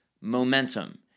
momentum